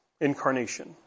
incarnation